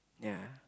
ya